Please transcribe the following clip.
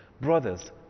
Brothers